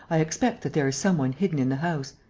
i expect that there is some one hidden in the house.